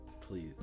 Please